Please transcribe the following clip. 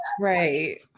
right